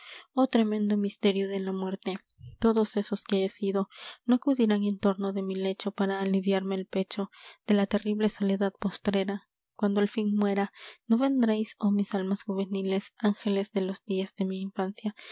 oh tremendo misterio de la muerte todos esos que he sido no acudirán en torno de mi lecho para aliviarme el pecho de la terrible soledad postrera cuando al fin muera no vendréis oh mis almas juveniles ángeles de los días de mi infancia